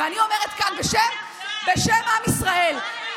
אני אומרת כאן בשם עם ישראל,